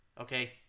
okay